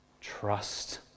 trust